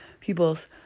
people's